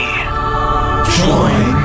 join